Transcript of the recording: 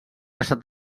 estat